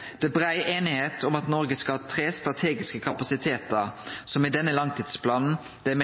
er også brei einigheit om at Noreg skal ha tre strategiske kapasitetar, som denne langtidsplanen fokuserer